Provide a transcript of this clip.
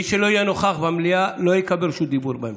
מי שלא יהיה נוכח במליאה לא יקבל רשות דיבור בהמשך.